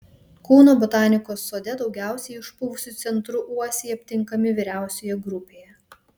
kauno botanikos sode daugiausiai išpuvusiu centru uosiai aptinkami vyriausioje grupėje